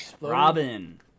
Robin